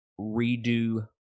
redo